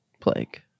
plague